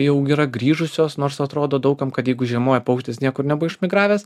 jau yra grįžusios nors atrodo daug kam kad jeigu žiemoja paukštis niekur nebuvo išmigravęs